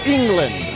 England